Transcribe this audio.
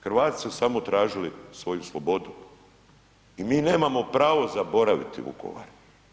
Hrvati su samo tražili svoju slobodu i mi nemamo pravo zaboraviti Vukovar.